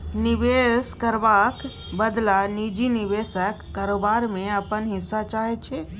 निबेश करबाक बदला निजी निबेशक कारोबार मे अपन हिस्सा चाहै छै